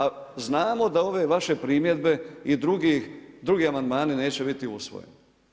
A znamo da ove vaše primjedbe i drugi amandmani neće biti usvojeni.